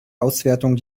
auswertung